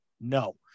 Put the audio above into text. No